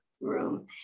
room